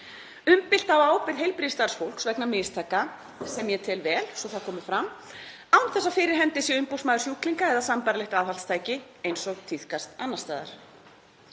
Umbylta á ábyrgð heilbrigðisstarfsfólks vegna mistaka, sem ég tel vel, svo að það komi fram, án þess að fyrir hendi sé umboðsmaður sjúklinga eða sambærilegt aðhaldstæki eins og tíðkast annars staðar.